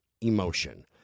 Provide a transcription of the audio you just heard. emotion